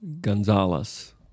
Gonzalez